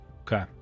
Okay